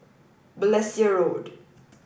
Balestier Road